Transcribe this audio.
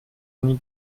nie